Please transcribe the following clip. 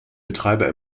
betreiber